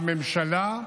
הממשלה,